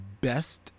best